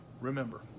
Remember